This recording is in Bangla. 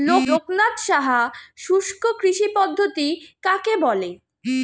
লোকনাথ সাহা শুষ্ককৃষি পদ্ধতি কাকে বলে?